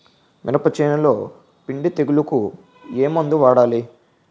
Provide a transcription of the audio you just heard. మినప చేనులో పిండి తెగులుకు ఏమందు వాడాలి?